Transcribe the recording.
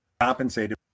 compensated